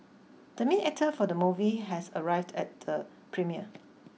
the main actor for the movie has arrived at the premiere